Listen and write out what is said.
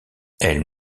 elle